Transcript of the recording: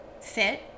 fit